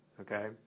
okay